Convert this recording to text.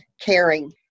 caring